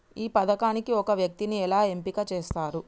ఈ పథకానికి ఒక వ్యక్తిని ఎలా ఎంపిక చేస్తారు?